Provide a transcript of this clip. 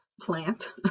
plant